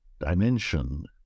dimension